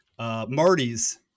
Marty's